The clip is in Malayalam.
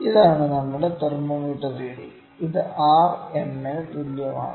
ഇതാണ് നമ്മുടെ തെർമോമീറ്റർ റീഡിങ് ഇത് R m ന് തുല്യമാണ്